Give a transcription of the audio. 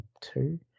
two